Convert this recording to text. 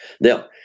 Now